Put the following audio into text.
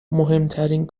مهمترین